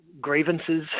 grievances